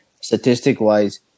statistic-wise